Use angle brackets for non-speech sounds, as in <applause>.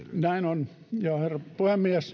näin on ja herra puhemies <unintelligible>